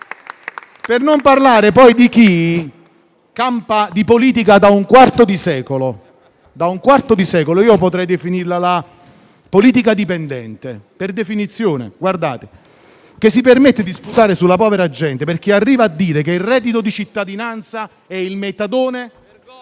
Per non parlare poi di chi campa di politica da un quarto di secolo - potrei definirli politica dipendenti - che si permette di sputare sulla povera gente, arrivando a dire che il reddito di cittadinanza è il metadone